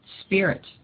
spirit